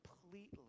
completely